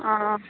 हाँ